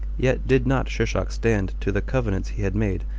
yet did not shishak stand to the covenants he had made,